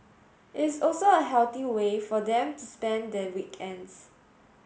it is also a healthy way for them to spend their weekends